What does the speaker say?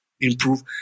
improve